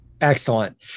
Excellent